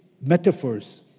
metaphors